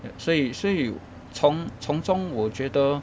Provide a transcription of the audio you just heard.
所以所以从从中我觉得